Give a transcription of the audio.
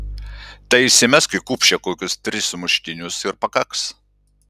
tai įsimesk į kupšę kokius tris sumuštinius ir pakaks